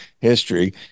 history